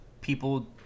people